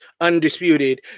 undisputed